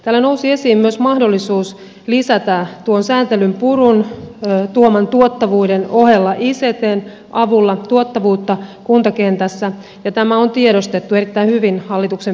täällä nousi esiin myös mahdollisuus lisätä tuon sääntelyn purun tuoman tuottavuuden ohella ictn avulla tuottavuutta kuntakentässä ja tämä on tiedostettu erittäin hyvin hallituksen piirissä